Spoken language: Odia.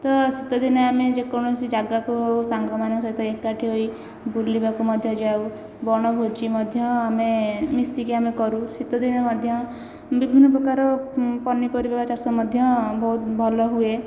ତ ଶୀତ ଦିନେ ଆମେ ଯେକୌଣସି ଯାଗାକୁ ସାଙ୍ଗମାନଙ୍କ ସହିତ ଏକାଠି ହୋଇ ବୁଲିବାକୁ ମଧ୍ୟ ଯାଉ ବଣଭୋଜି ମଧ୍ୟ ଆମେ ମିଶିକି ଆମେ କରୁ ଶୀତ ଦିନେ ମଧ୍ୟ ବିଭିନ୍ନ ପ୍ରକାର ପନିପରିବା ଚାଷ ମଧ୍ୟ ବହୁତ ଭଲ ହୁଏ